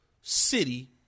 city